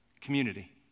Community